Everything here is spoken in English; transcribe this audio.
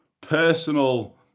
personal